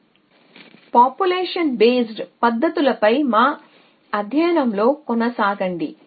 కాబట్టి population based పద్ధతులపై మా అధ్యయనంలో కొనసాగండి